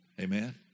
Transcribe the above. Amen